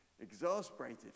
Exasperated